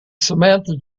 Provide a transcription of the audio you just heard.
samantha